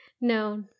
No